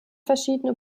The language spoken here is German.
verschiedene